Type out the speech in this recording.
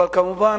אבל כמובן,